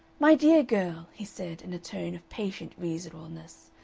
my dear girl, he said, in a tone of patient reasonableness,